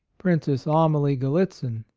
princess amalie gallitzin,